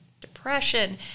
depression